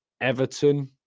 Everton